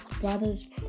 brothers